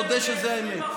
תודה שזו האמת.